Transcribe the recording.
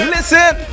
Listen